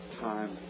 time